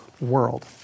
world